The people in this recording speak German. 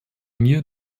mir